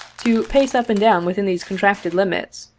to pace up and down within these contracted limits,